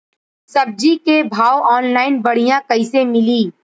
सब्जी के भाव ऑनलाइन बढ़ियां कइसे मिली?